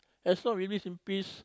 as long we live in peace